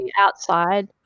outside